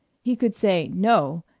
he could say no!